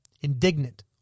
indignant